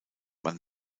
man